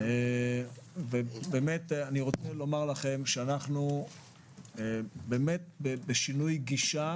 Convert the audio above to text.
אני רוצה לומר שאנחנו בשינוי גישה